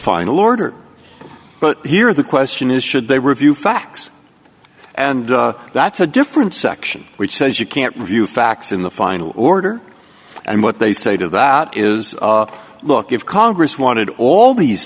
final order but here the question is should they review facts and that's a different section which says you can't review facts in the final order and what they say to that is look if congress wanted all these